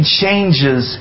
changes